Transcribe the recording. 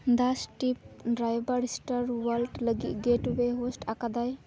Das tip driver star world ᱞᱟᱹᱜᱤᱫ ᱜᱮᱴᱳᱭᱮ host ᱟᱠᱟᱫᱟᱭ